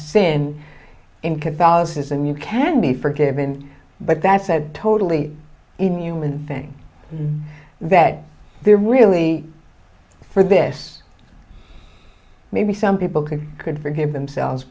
sin in catholicism you can be forgiven but that's a totally even human thing that there really for this maybe some people could could forgive themselves